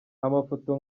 amafoto